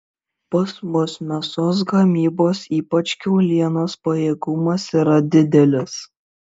pas mus mėsos gamybos ypač kiaulienos pajėgumas yra didelis